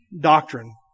doctrine